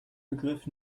begriff